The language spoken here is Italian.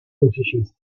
musicisti